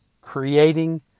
Creating